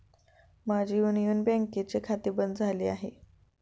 माझे युनियन बँकेचे खाते बंद झाले आहे